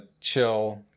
chill